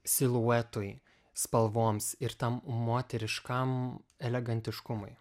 siluetui spalvoms ir tam moteriškam elegantiškumui